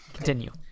Continue